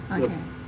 Yes